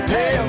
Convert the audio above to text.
Hey